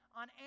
on